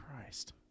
Christ